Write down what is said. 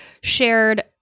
shared